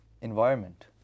environment